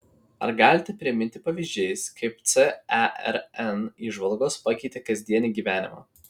ar galite priminti pavyzdžiais kaip cern įžvalgos pakeitė kasdienį gyvenimą